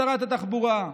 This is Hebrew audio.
שרת התחבורה?